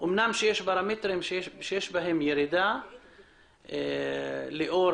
אמנם יש פרמטרים שיש בהם ירידה לאור